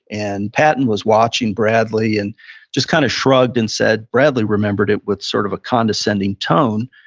and patton was watching bradley, and just kind of shrugged and said, bradley remembered it with sort of a condescending tone,